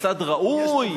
מוסד ראוי.